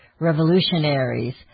revolutionaries